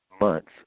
months